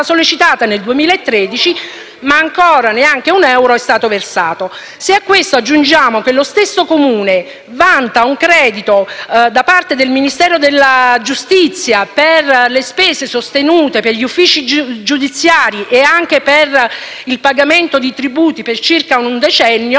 sollecitate nel 2013, ma ancora neanche un euro è stato versato. Se a questo aggiungiamo che lo stesso Comune vanta un credito da parte del Ministero della giustizia per le spese sostenute per gli uffici giudiziari nonché per il pagamento di tributi, per circa un decennio,